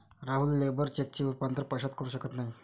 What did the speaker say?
राहुल लेबर चेकचे रूपांतर पैशात करू शकत नाही